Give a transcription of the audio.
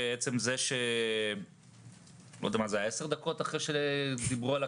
אני חושב שעצם זה שכעשר דקות אחרי שהצעת החוק עברה